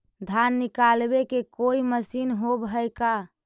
धान निकालबे के कोई मशीन होब है का?